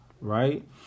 right